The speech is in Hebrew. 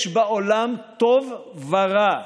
יש בעולם טוב ורע.